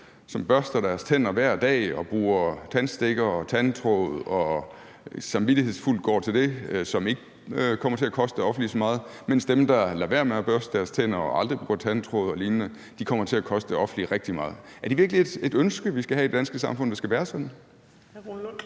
som børster deres tænder hver dag og bruger tandstikkere og tandtråd og samvittighedsfuldt går til det, og som ikke kommer til at koste det offentlige så meget, mens dem, der lader være med at børste deres tænder og aldrig bruger tandtråd og lignende, kommer til at koste det offentlige rigtig meget. Er det virkelig et ønske, vi skal have i det danske samfund, at det skal være sådan?